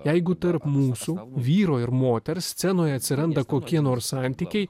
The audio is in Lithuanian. jeigu tarp mūsų vyro ir moters scenoje atsiranda kokie nors santykiai